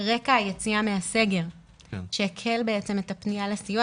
רקע היציאה מהסגר שהקל את הפנייה לסיוע.